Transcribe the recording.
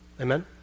Amen